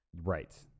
right